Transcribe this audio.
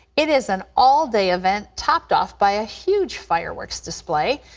it is an all-day event topped off by a huge fireworks display.